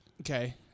Okay